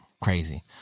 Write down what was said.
Crazy